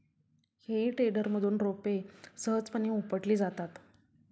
हेई टेडरमधून रोपे सहजपणे उपटली जातात